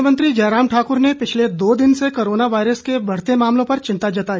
मुख्यमंत्री जय राम ठाकुर ने पिछले दो दिन से कोरोना वायरस के बढ़ते मामलों पर चिंता जताई